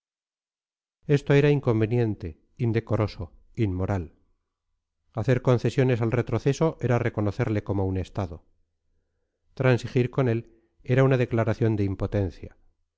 esto era inconveniente indecoroso inmoral hacer concesiones al retroceso era reconocerle como un estado transigir con él era una declaración de impotencia